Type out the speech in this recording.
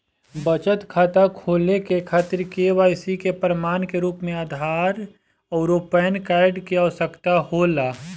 बचत खाता खोले के खातिर केवाइसी के प्रमाण के रूप में आधार आउर पैन कार्ड के आवश्यकता होला